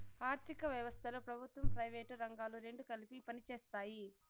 ఆర్ధిక వ్యవస్థలో ప్రభుత్వం ప్రైవేటు రంగాలు రెండు కలిపి పనిచేస్తాయి